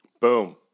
Boom